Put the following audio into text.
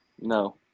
No